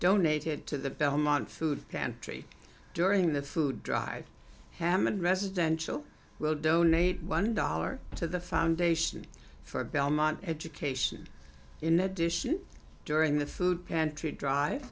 donated to the belmont food pantry during the food drive ham and residential will donate one dollar to the foundation for belmont education in addition during the food pantry dr